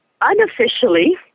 unofficially